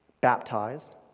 baptized